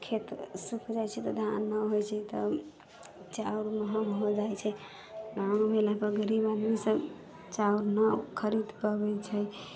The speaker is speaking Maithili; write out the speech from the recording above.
खेत सुखि जाइ छै तऽ धान नहि होइ छै तब चाउर महग हो जाइ छै महग भेलापर गरीब आदमीसब चाउर नहि खरीद पबै छै